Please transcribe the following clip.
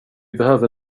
behöver